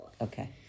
okay